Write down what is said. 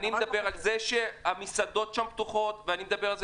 אני מדבר על זה שהמסעדות שם פתוחות ואני מדבר על זה